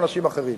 כמו אנשים אחרים.